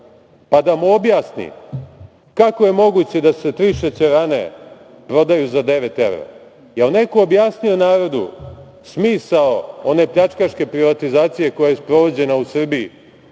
pa da mu objasni kako je moguće da se tri šećerane prodaju za devet evra? Da li je neko objasnio narodu smisao one pljačkaške privatizacije koja je sprovođena u Srbiji